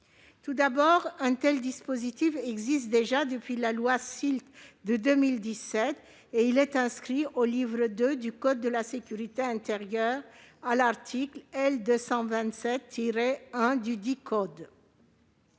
sont tenus. Un tel dispositif existe déjà depuis la loi SILT de 2017, et il est inscrit au livre II du code de la sécurité intérieure, à l'article L. 227-1 dudit code.